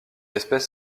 espèce